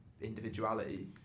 individuality